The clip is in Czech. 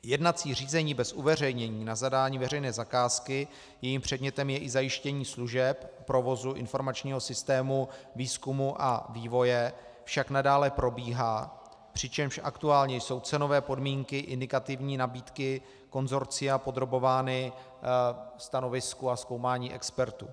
Jednací řízení bez uveřejnění na zadání veřejné zakázky, jejím předmětem je i zajištění služeb provozu informačního systému výzkumu a vývoje, však nadále probíhá, přičemž aktuálně jsou cenové podmínky indikativní nabídky konsorcia podrobovány stanovisku a zkoumání expertů.